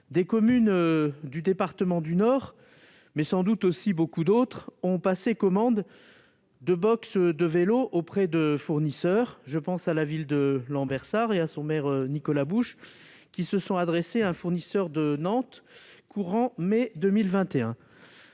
Des communes du département du Nord, mais sans doute aussi beaucoup d'autres, ont passé commande de box à vélos auprès de fournisseurs. Je pense à la ville de Lambersart, dont le maire, Nicolas Bouche, s'est adressé à un fournisseur de Nantes dans le courant de mai 2021.